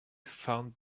found